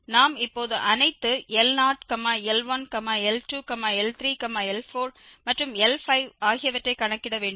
நாம் இப்போது அனைத்து L0 L1 L2 L3 L4 மற்றும் L5 ஆகியவற்றை கணக்கிட வேண்டும்